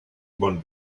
one